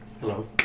Hello